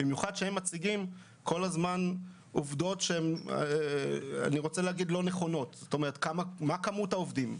במיוחד שהם מציגים כל הזמן עובדות שהן לא נכונות על מספר העובדים.